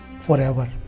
forever